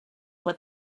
what